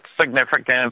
significant